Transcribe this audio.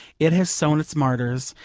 it has sown its martyrs,